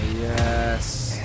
yes